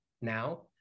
now